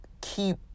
keep